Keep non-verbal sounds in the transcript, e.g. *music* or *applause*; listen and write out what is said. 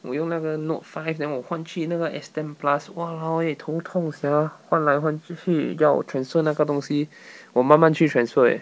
我用那个 note five then 换去那个 S ten plus !walao! eh 头痛 sia 换来换去要 transfer 那个东西 *breath* 我慢慢去 transfer eh